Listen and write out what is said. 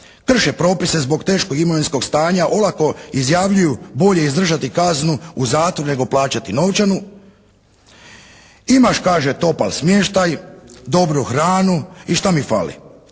krše propise zbog teškog imovinskog stanja, olako izjavljuju bolje izdržati kaznu u zatvoru nego plaćati novčanu. Imaš kaže topal smještaj, dobru hranu i šta mi hvala.